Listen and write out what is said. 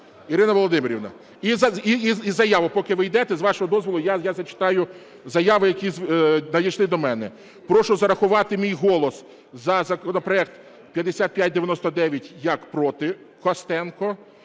Ірина Володимирівна. І заяви, поки ви йдете, з вашого дозволу, я зачитаю заяви, які надійшли до мене. "Прошу зарахувати мій голос за законопроект 5599 як проти. Костенко".